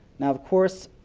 now of course,